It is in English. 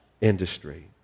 industry